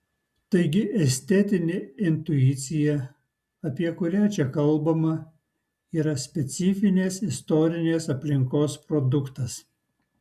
taigi estetinė intuicija apie kurią čia kalbama yra specifinės istorinės aplinkos produktas